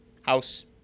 House